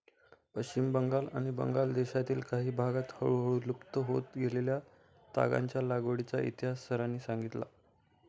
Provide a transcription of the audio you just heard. पश्चिम बंगाल आणि बांगलादेशातील काही भागांत हळूहळू लुप्त होत गेलेल्या तागाच्या लागवडीचा इतिहास सरांनी सांगितला